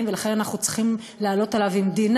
ולכן אנחנו צריכים לעלות עליו עם 9D,